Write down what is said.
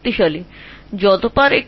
প্রত্যেকবার এটা ফায়ার করে এটা ফায়ার করে